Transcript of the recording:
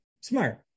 smart